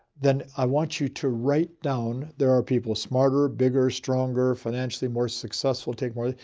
then i want you to write down there are people smarter, bigger, stronger, financially more successful, take more.